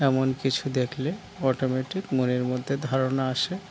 এমন কিছু দেখলে অটোমেটিক মনের মধ্যে ধারণা আসে